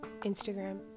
Instagram